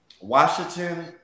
Washington